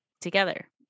together